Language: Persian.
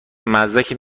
مزدک